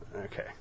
Okay